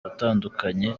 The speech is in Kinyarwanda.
atandukanye